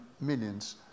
millions